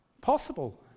possible